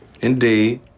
indeed